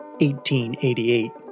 1888